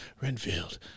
Renfield